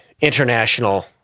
international